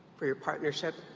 for your partnership,